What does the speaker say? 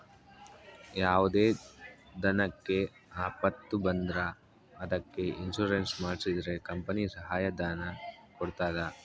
ಯಾವುದೇ ದನಕ್ಕೆ ಆಪತ್ತು ಬಂದ್ರ ಅದಕ್ಕೆ ಇನ್ಸೂರೆನ್ಸ್ ಮಾಡ್ಸಿದ್ರೆ ಕಂಪನಿ ಸಹಾಯ ಧನ ಕೊಡ್ತದ